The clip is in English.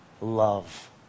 love